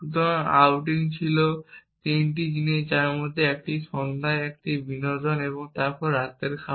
এবং আউটিং ছিল 3টি জিনিস যার মধ্যে 1টি সন্ধ্যায় 1টি একটি বিনোদন এবং তারপরে রাতের খাবার